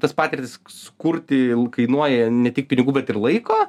tas patirtis sukurti kainuoja ne tik pinigų bet ir laiko